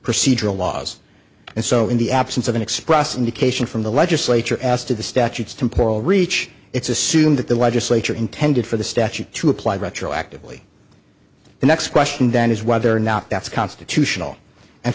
procedural laws and so in the absence of an express indication from the legislature as to the statutes temporal reach it's assumed that the legislature intended for the statute to apply retroactively the next question then is whether or not that's constitutional and